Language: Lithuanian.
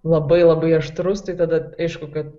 labai labai aštrus tai tada aišku kad